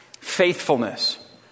faithfulness